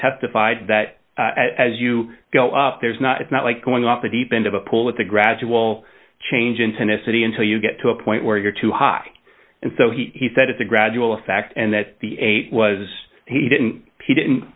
testified that as you go up there's not it's not like going off the deep end of a pool with a gradual change in tennis city until you get to a point where you're too high and so he said it's a gradual effect and that the eight was he didn't he didn't